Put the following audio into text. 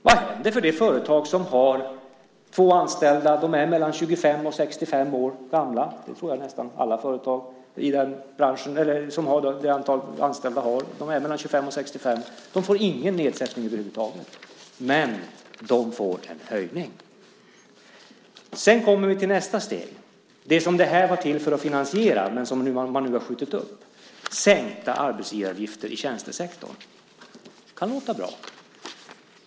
Vad händer för det företag som har två anställda som är mellan 25 och 65 år gamla? De får ingen nedsättning över huvud taget. Men de får en höjning. Sedan kommer vi till nästa steg, det som detta var till för att finansiera men som man nu har skjutit upp, nämligen sänkta arbetsgivaravgifter i tjänstesektorn. Det kan låta bra.